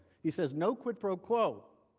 he said no quid pro quo,